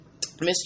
Mr